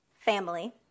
family